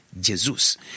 Jesus